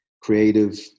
creative